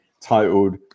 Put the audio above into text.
titled